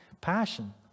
Passion